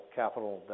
capital